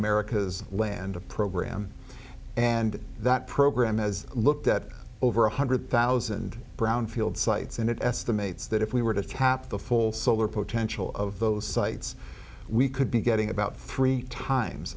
america's land a program and that program has looked at over one hundred thousand brownfield sites and it estimates that if we were to tap the full solar potential of those sites we could be getting about three times